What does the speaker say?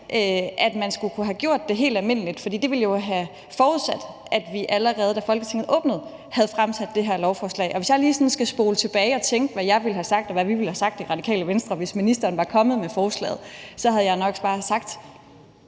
at man skulle kunne have gjort det helt almindeligt, for det ville jo have forudsat, at vi, allerede da Folketinget åbnede, havde fremsat det her lovforslag. Og hvis jeg sådan lige skal spole tilbage og tænke på, hvad jeg og vi i Radikale Venstre ville have sagt, hvis ministeren var kommet med forslaget, havde jeg nok bare sagt: